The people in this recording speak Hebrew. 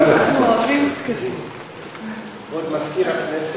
נוספת, כבוד מזכיר הכנסת.